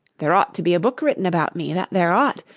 there ought to be a book written about me, that there ought!